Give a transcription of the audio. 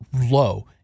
low